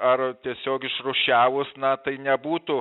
ar tiesiog išrūšiavus na tai nebūtų